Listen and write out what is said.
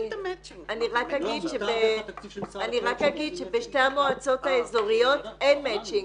אני רק אגיד שבשתי המועצות האזוריות אין מצ'ינג,